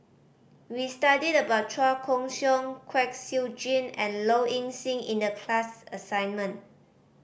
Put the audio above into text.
we studied about Chua Koon Siong Kwek Siew Jin and Low Ing Sing in the class assignment